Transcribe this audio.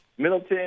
Middleton